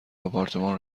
آپارتمان